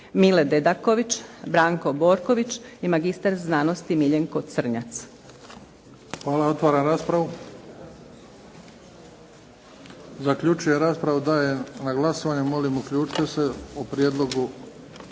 Mile Dedaković, Branko Borković i magistar znanosti Miljenko Crnjac.